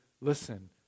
listen